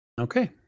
Okay